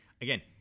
again